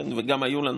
וגם היו לנו